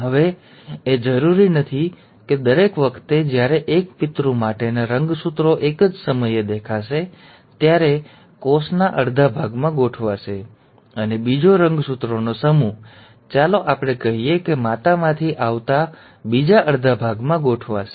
હવે એ જરૂરી નથી કે દરેક વખતે જ્યારે એક પિતૃ માટેના રંગસૂત્રો એક જ સમયે દેખાશે ત્યારે કોષના અડધા ભાગમાં ગોઠવાશે અને બીજો રંગસૂત્રનો સમૂહ ચાલો આપણે કહીએ કે માતામાંથી આવતા બીજા અડધા ભાગમાં ગોઠવાશે